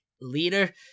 Leader